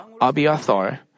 Abiathar